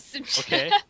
Okay